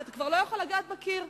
ואתה כבר לא יכול לגעת בקיר.